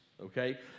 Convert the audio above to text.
okay